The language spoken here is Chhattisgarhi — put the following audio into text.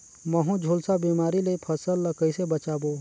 महू, झुलसा बिमारी ले फसल ल कइसे बचाबो?